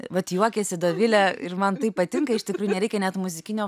vat juokiasi dovilė ir man taip patinka iš tikrųjų nereikia net muzikinio